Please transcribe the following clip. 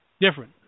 different